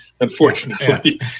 unfortunately